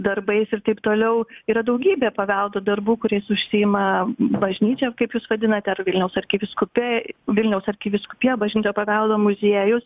darbais ir taip toliau yra daugybė paveldo darbų kuriais užsiima bažnyčia kaip jūs vadinate ar vilniaus arkivyskupija vilniaus arkivyskupija bažnytinio paveldo muziejus